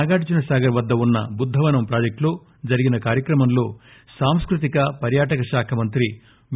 నాగార్జునసాగర్ వద్ద బుద్దవనం ప్రాజెక్టులో జరిగిన కార్యక్రమంలో సాంస్కరఈతిక పర్యాటకశాఖ మంత్రి వి